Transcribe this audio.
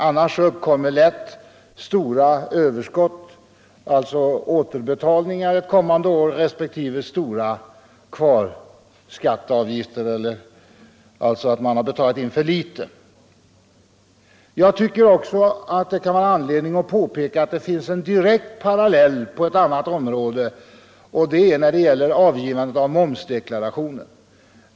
Annars uppkommer lätt stora överskott — med återbetalningar ett kommande år som följd — eller stora kvarskatteavgifter om man betalar in för litet. Jag tycker också det kan vara anledning att påpeka att det finns en direkt parallell på ett annat område, nämligen när det gäller avgivandet av momsdeklarationen.